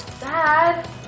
Dad